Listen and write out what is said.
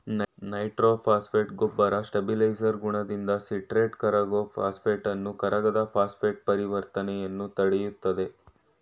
nitrophosphate ಗೊಬ್ಬರ stabiliser ಗುಣದಿಂದ citrate ಕರಗೋ ಫಾಸ್ಫೇಟನ್ನು ಕರಗದ ಫಾಸ್ಫೇಟ್ ಪರಿವರ್ತನೆಯನ್ನು ತಡಿತದೆ